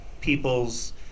people's